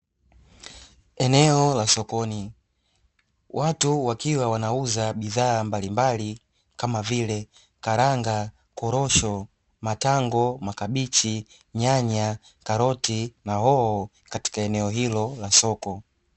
Eneo la sokoni watu wakiwa wanauza bidhaa mbalimbali kama vile: karanga, korosho, matango, makabichi, nyanya, karoti na hoho; katika eneo hilo la soko.